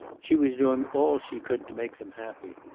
she was doing all she could to make them happy.